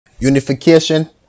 Unification